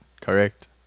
Correct